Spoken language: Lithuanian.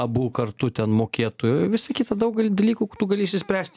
abu kartu ten mokėtų visa kita daugelį dalykų tu gali išsispręsti